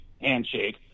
handshake